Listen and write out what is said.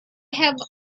have